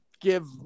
give